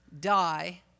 die